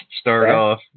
start-off